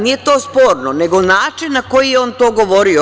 Nije to sporno, nego način na koji je on to govorio.